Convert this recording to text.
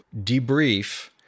debrief